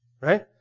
Right